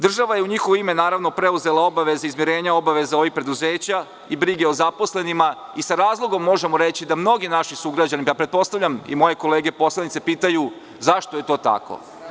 Država je u njihovo ime, naravno, preuzela obaveze izmirenja obaveza ovih preduzeća i brige o zaposlenima i sa razlogom možemo reći da mnogi naši sugrađani, a pretpostavljam i moje kolege poslanici pitaju – zašto je to tako?